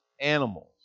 animals